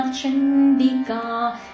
Chandika